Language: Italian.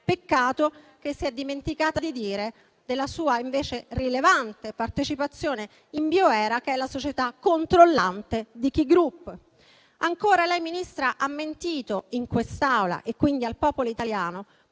peccato che si è dimenticata di dire, invece, della sua rilevante partecipazione in Bioera, che è la società controllante di Ki Group. Ancora, Ministra: lei ha mentito in quest'Aula e quindi al popolo italiano,